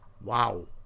Wow